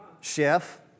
Chef